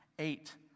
Eight